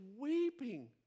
weeping